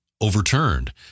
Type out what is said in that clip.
overturned